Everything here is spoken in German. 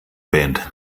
band